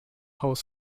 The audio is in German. haus